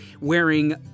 wearing